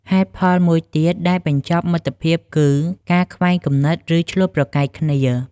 ហេតុផលមួយទៀតដែលបញ្ចប់មិត្តភាពគឺ ការខ្វែងគំនិត ឬ ឈ្លោះប្រកែកគ្នា។